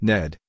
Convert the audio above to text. Ned